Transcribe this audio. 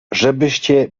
żebyście